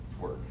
work